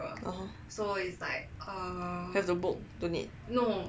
(uh huh) have to book don't need